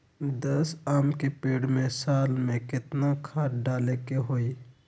दस आम के पेड़ में साल में केतना खाद्य डाले के होई?